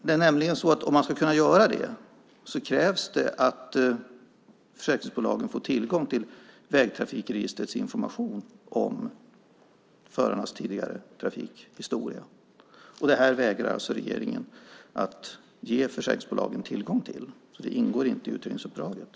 Det är nämligen så att om man ska kunna göra det krävs det att försäkringsbolagen får tillgång till vägtrafikregistrets information om förarnas tidigare trafikhistoria. Det vägrar regeringen att ge försäkringsbolagen tillgång till. Det ingår inte i utredningsuppdraget.